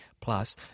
Plus